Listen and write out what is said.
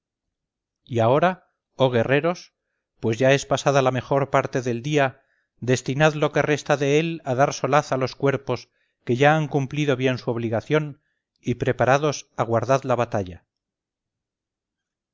y ahora oh guerreros pues ya es pasada la mejor parte del día destinad lo que resta de él a dar solaz a los cuerpos que ya han cumplido bien su obligación y preparados aguardad la batalla